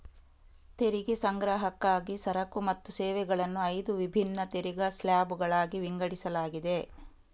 ತೆರಿಗೆ ಸಂಗ್ರಹಕ್ಕಾಗಿ ಸರಕು ಮತ್ತು ಸೇವೆಗಳನ್ನು ಐದು ವಿಭಿನ್ನ ತೆರಿಗೆ ಸ್ಲ್ಯಾಬುಗಳಾಗಿ ವಿಂಗಡಿಸಲಾಗಿದೆ